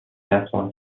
دستمال